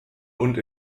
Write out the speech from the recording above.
und